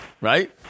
right